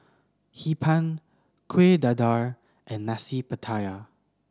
Hee Pan Kuih Dadar and Nasi Pattaya